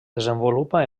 desenvolupa